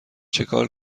چیکار